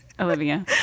Olivia